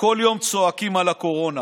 כל יום צועקים על הקורונה: